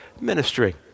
ministry